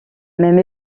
même